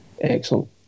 Excellent